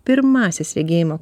pirmąsias regėjimo